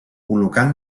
col·locant